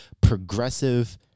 progressive